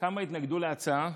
כמה התנגדו להצעה?